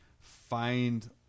find